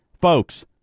folks